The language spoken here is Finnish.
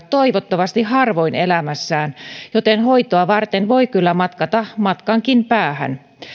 toivottavasti harvoin elämässään joten hoitoa varten voi kyllä matkata matkankin päähän